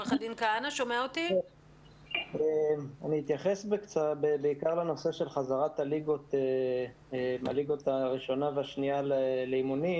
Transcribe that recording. אני אדבר בעיקר על הנושא של חזרת הליגה הראשונה והשנייה לאימונים.